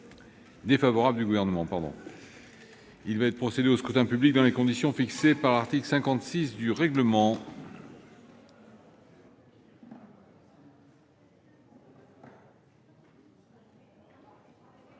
Il va être procédé au scrutin dans les conditions fixées par l'article 56 du règlement.